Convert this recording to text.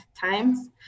times